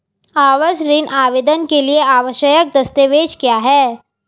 आवास ऋण आवेदन के लिए आवश्यक दस्तावेज़ क्या हैं?